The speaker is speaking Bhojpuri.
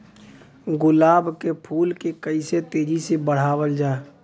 गुलाब क फूल के कइसे तेजी से बढ़ावल जा?